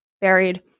buried